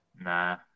nah